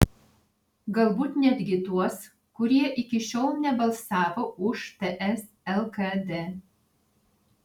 galbūt netgi tuos kurie iki šiol nebalsavo už ts lkd